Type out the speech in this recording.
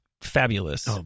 fabulous